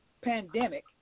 pandemic